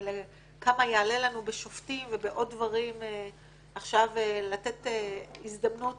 כמה יעלה לנו בשופטים ובעוד דברים עכשיו לתת הזדמנות